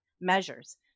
measures